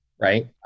right